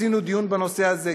עשינו דיון בנושא הזה,